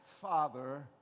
father